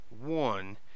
one